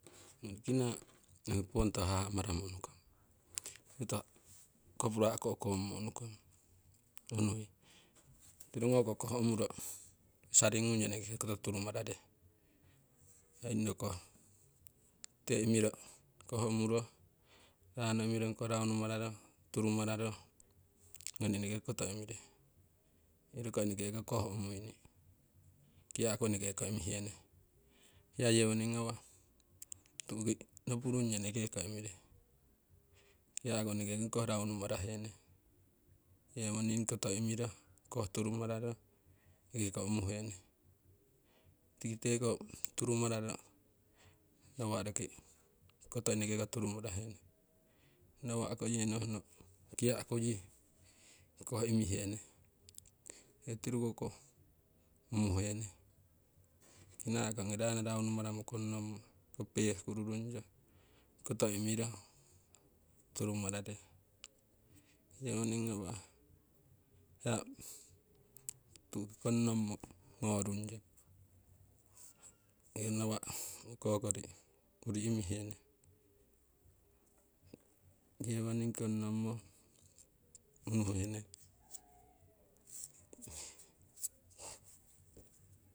Kinaa ongi pongkoto hahah maramo unukong ongi koto copra uko ukomoo unukong unui, tirugoko koh umuro saling ngung yo eneke koto turumarare oyingno koh tikite imiro koh umuro ranoo imiro raunu mararo ngoni eneke koto imire. Iroko eneke koh umuini kiyaku eneke ko imihene hiya yewoning ngawah tu'ki nopurungyo enekeko imire, kiyaku eneke ogi koh raunu marahe nee yewoning koto imiro koh turu mararo eneke ko umuhene tikite ko turu mararo nawa' roki koto eneke turumara hene. Nawa'ko yen nohno kiyaku yii koh imihene tiruko koh umuhene kinaako ongi rano raunu maramo konnomo pehkuru rungyong koto imiro turumarare, yewoning ngawah hiya tu'ki konnomo ngorung yong iro nawa' okokori uri imihene yewoning konnomo unuhene.